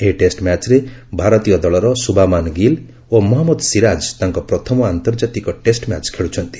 ଏହି ଟେଷ୍ଟ ମ୍ୟାଚ୍ରେ ଭାରତୀୟ ଦଳର ଶୁବାମାନ ଗିଲ୍ ଓ ମହମ୍ମଦ ଶିରାଜ ତାଙ୍କ ପ୍ରଥମ ଆନ୍ତର୍ଜାତିକ ଟେଷ୍ଟ ମ୍ୟାଚ୍ ଖେଳୁଛନ୍ତି